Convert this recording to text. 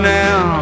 now